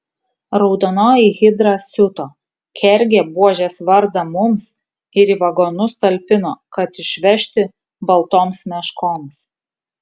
raudonoji hidra siuto kergė buožės vardą mums ir į vagonus talpino kad išvežti baltoms meškoms